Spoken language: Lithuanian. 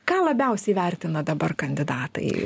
ką labiausiai vertina dabar kandidatai